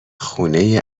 خونه